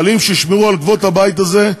כללים שישמרו על כבוד הבית הזה,